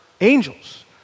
angels